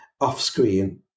off-screen